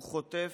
"הוא חוטף,